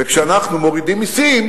וכשאנחנו מורידים מסים,